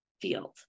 field